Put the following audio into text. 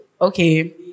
Okay